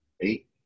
Eight